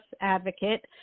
advocate